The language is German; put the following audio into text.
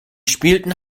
spielten